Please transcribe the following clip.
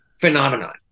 phenomenon